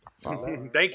Thank